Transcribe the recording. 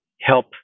help